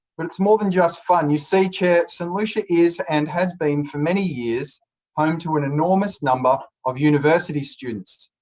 but it's more than just fun. you see, chair, st and lucia is and has been for many years home to an enormous number of university students,